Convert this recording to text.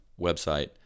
website